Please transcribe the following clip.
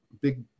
big